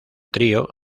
trío